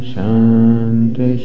Shanti